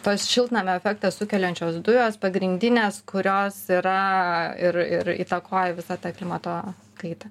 tos šiltnamio efektą sukeliančios dujos pagrindinės kurios yra ir ir įtakoja visą tą klimato kaitą